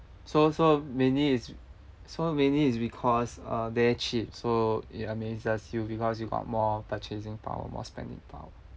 so so mainly is so mainly is because uh there cheap so it amazes you because you got more purchasing power more spending power